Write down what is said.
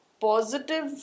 positive